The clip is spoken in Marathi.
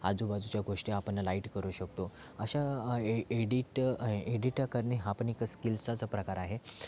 आजूबाजूच्या गोष्टी आपण लाईट करू शकतो अशा एडिट आहे एडिट करणे हा पण एक स्किलचाच प्रकार आहे